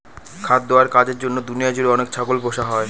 খাদ্য আর কাজের জন্য দুনিয়া জুড়ে অনেক ছাগল পোষা হয়